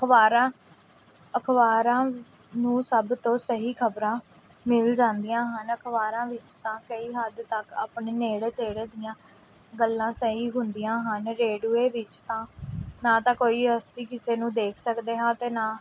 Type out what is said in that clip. ਅਖ਼ਬਾਰਾਂ ਅਖ਼ਬਾਰਾਂ ਨੂੰ ਸਭ ਤੋਂ ਸਹੀ ਖਬਰਾਂ ਮਿਲ ਜਾਂਦੀਆਂ ਹਨ ਅਖ਼ਬਾਰਾਂ ਵਿੱਚ ਤਾਂ ਕਈ ਹੱਦ ਤੱਕ ਆਪਣੇ ਨੇੜੇ ਤੇੜੇ ਦੀਆਂ ਗੱਲਾਂ ਸਹੀ ਹੁੰਦੀਆਂ ਹਨ ਰੇਡੂਏ ਵਿੱਚ ਤਾਂ ਨਾ ਤਾਂ ਕੋਈ ਅਸੀਂ ਕਿਸੇ ਨੂੰ ਦੇਖ ਸਕਦੇ ਹਾਂ ਅਤੇ ਨਾ